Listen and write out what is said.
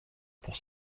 pour